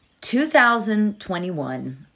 2021